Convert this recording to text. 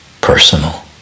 personal